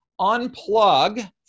unplug